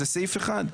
זה סעיף אחד.